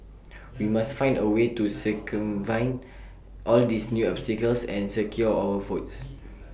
we must find A way to circumvent all these new obstacles and secure our votes